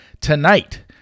tonight